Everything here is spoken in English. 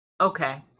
okay